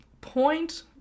point